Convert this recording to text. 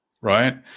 right